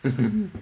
mmhmm